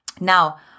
Now